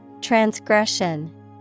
Transgression